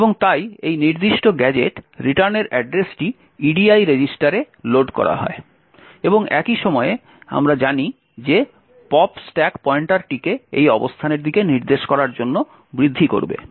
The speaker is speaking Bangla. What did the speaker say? এবং তাই এই নির্দিষ্ট গ্যাজেট রিটার্নের অ্যাড্রেসটি edi রেজিস্টারে লোড করা হয় এবং একই সময়ে আমরা জানি যে পপ স্ট্যাক পয়েন্টারটিকে এই অবস্থানের দিকে নির্দেশ করার জন্য বৃদ্ধি করবে